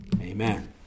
Amen